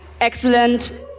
Excellent